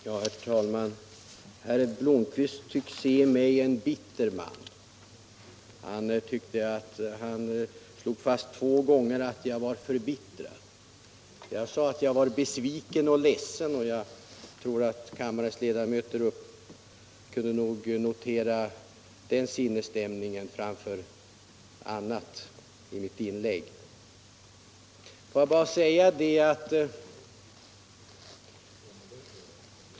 Herr talman! Herr Blomkvist tycks se i mig en bitter man. Han slog fast två gånger att jag skulle vara förbittrad. Jag framhöll att jag var besviken, och jag tror att kammarens ledamöter kunde notera den sinnesstämningen i mitt inlägg.